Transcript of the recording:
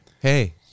Hey